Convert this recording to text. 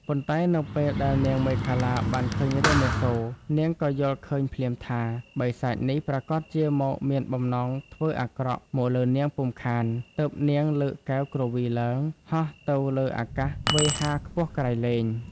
ប៉ុន្តែនៅពេលដែលនាងមេខលាបានឃើញរាមាសូរ នាងក៏យល់ឃើញភ្លាមថា បិសាចនេះប្រាកដជាមកមានបំណងធ្វើអាក្រក់មកលើនាងពុំខាន ទើបនាងលើកកែវគ្រវីឡើង ហោះទៅលើអាកាសវេហាខ្ពស់ក្រៃលែង។